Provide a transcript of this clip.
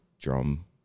drum